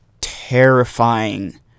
terrifying